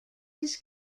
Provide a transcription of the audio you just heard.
his